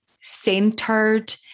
centered